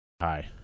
hi